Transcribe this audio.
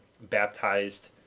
baptized